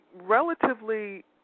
relatively